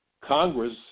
Congress